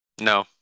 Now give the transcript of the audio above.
No